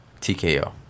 TKO